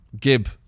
Gib